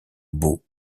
beau